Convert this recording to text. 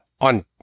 On